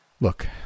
Look